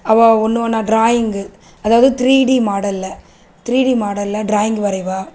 அவ ஒன்று ஒன்றா ட்ராயிங்கு அதாவது த்ரீ டி மாடலில் த்ரீ டி மாடலில் ட்ராயிங் வரைவா